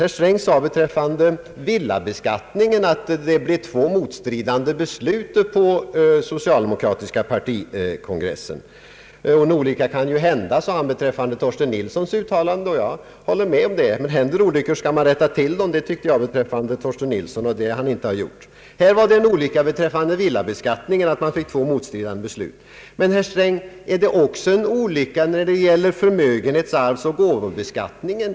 Herr Sträng sade beträffande villabeskattningen att två motstridande beslut fattades på den socialdemokratiska partikongressen. En olycka kan hända, sade han beträffande Torsten Nilssons uttalande. Jag håller med om det. Men händer olyckor skall man snabbt rätta till dem, och det tycker jag att Torsten Nilsson inte gjorde. Här inträffade en olycka beträffande villabeskattningen därigenom att två motstridande beslut fattades. Men, herr Sträng, har det inträffat en olycka på partikongressen också när det gäller förmögenhets-, arvsoch gåvobeskattningen?